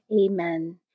Amen